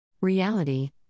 Reality